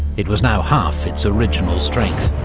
it was now half its original strength,